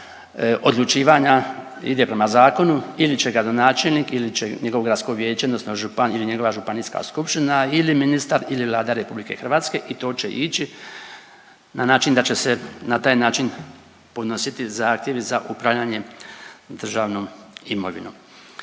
odlučivanja ide prema zakonu ili će gradonačelnik ili će njegov gradsko vijeće odnosno županija ili njegova županijska skupština ili ministar ili Vlada RH i to će ići na način da će se na taj način podnositi zahtjevi za upravljanjem državnom imovinom.